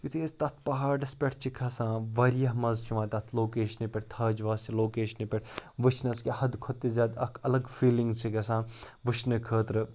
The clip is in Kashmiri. یُتھُے أسۍ تَتھ پہاڑَس پٮ۪ٹھ چھِ کھسان واریاہ مَزٕ چھُ یِوان تَتھ لوکیشنہٕ پٮ۪ٹھ تھاجواس چہِ لوکیشنہٕ پٮ۪ٹھ وٕچھنَس کہِ حدٕ کھۄتہٕ تہِ زیادٕ اَکھ اَلگ فیٖلِنٛگٕس چھِ گژھان وٕچھنہٕ خٲطرٕ